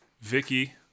vicky